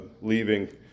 leaving